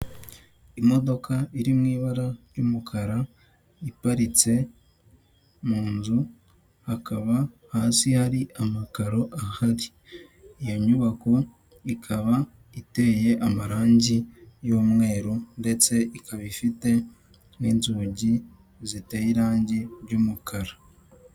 Imodoka iri mu ibara ry'umukara iparitse mu nzu hakaba hasi hari amakaro ahari iyo nyubako ikaba iteye amarangi y'umweru ndetse ikaba ifite n'inzugi ziteye irangi ry'umukara .